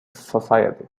society